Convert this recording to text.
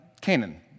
Canaan